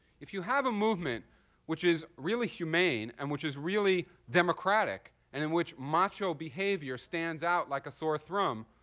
if you have a movement which is really humane and which is really democratic and in which macho behavior stands out like a sore thumb,